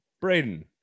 Braden